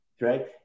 right